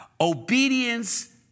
Obedience